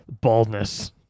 baldness